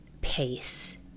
pace